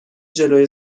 جلوی